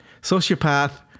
sociopath